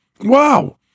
Wow